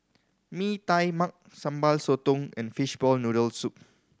Mee Tai Mak Sambal Sotong and fishball noodle soup